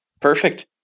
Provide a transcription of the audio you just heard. Perfect